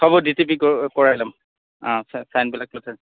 হ'ব D T P কৰাই ল'ম অঁ চাইনবিলাক লৈছে